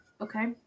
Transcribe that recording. okay